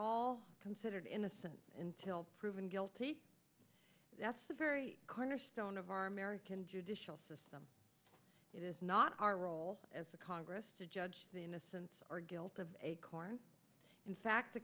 all considered innocent until proven guilty that's the very cornerstone of our american judicial system it is not our role as a congress to judge the innocence or guilt of acorn in fact the